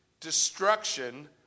destruction